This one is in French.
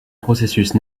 processus